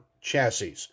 chassis